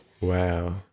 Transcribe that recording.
Wow